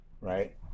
right